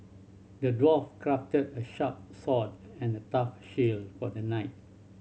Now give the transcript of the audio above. the dwarf crafted a sharp and a tough shield for the knight